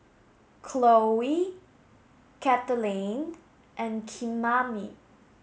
Cloe Kathaleen and Kymani